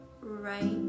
right